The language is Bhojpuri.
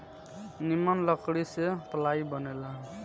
निमन लकड़ी से पालाइ बनेला